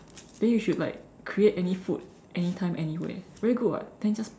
then you should like create any food anytime anywhere very good [what] then just